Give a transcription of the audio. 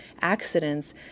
accidents